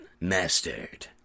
Mastered